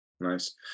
Nice